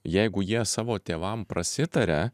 jeigu jie savo tėvam prasitaria